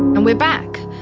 and we're back.